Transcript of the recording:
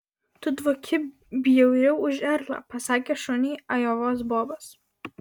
tu dvoki bjauriau už erlą pasakė šuniui ajovos bobas